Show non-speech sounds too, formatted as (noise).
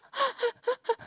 (laughs)